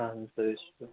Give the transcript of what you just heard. اَہَن حظ سُہ حظ چھُ